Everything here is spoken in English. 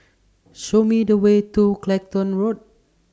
Show Me The Way to Clacton Road